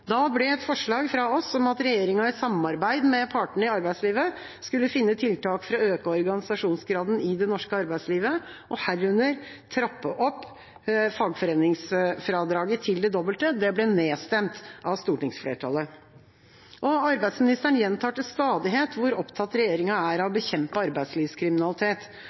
Da ble et forslag fra oss om at regjeringa i samarbeid med partene i arbeidslivet skulle finne tiltak for å øke organisasjonsgraden i det norske arbeidslivet, herunder trappe opp fagforeningsfradraget til det dobbelte, nedstemt av stortingsflertallet. Arbeidsministeren gjentar til stadighet hvor opptatt regjeringa er av å bekjempe arbeidslivskriminalitet.